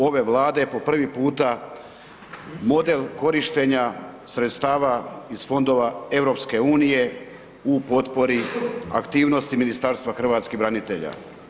ove Vlade po prvi puta model korištenja sredstava iz Fondova EU u potpori aktivnosti Ministarstva hrvatskih branitelja.